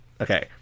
Okay